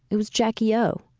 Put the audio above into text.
it was jackie o,